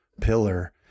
pillar